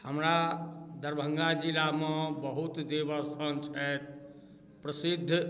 हमरा दरभङ्गा जिलामे बहुत देव स्थान छथि प्रसिद्ध